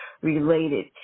related